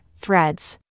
Threads